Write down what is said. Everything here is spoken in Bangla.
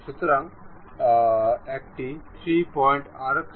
সুতরাং এর মধ্যে প্রথমটি হল এই কয়েন্সিডেন্ট মেট